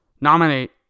nominate